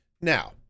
Now